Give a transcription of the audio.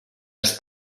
als